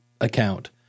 account